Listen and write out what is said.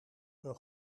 een